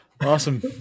awesome